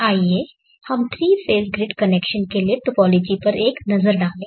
आइए हम 3 phase grid connection के लिए टोपोलॉजी पर एक नज़र डालें